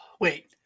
wait